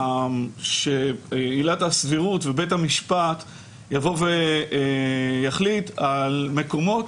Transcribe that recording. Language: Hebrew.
שעילת הסבירות ובית המשפט יבוא ויחליט על מקומות